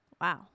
Wow